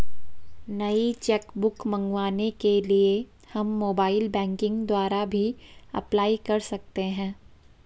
नई cheque book मंगवाने के लिए हम मोबाइल बैंकिंग द्वारा भी अप्लाई कर सकते है